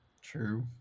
True